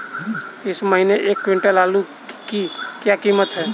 इस महीने एक क्विंटल आलू की क्या कीमत है?